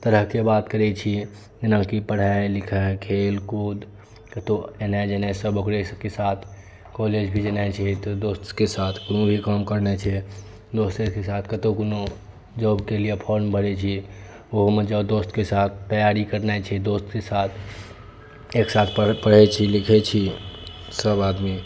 तरह के बात करै छी जेनाकी पढ़ाइ लिखाइ खेल कुद कतौ एनाइ जेनाइ सब ओकरे सब के साथ कॉलेज भी जेनाइ छै तऽ दोस्त के साथ कोनो भी काम करनाइ छै दोस्ते के साथ कतौ कुनो जॉबके लिए फॉर्म भरै छी ओहो मे जाऊ दोस्त के साथ तैयारी करनाइ छै दोस्त के साथ एकसाथ पढ़ै छी लिखै छी सब आदमी